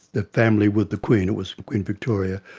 the family with the queen, it was queen victoria,